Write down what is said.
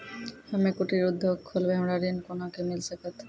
हम्मे कुटीर उद्योग खोलबै हमरा ऋण कोना के मिल सकत?